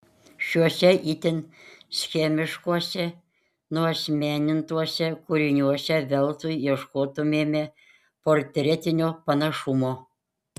šiuose itin schemiškuose nuasmenintuose kūriniuose veltui ieškotumėme portretinio panašumo